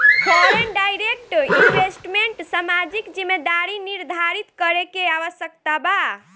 foreign direct investment में सामाजिक जिम्मेदारी निरधारित करे के आवस्यकता बा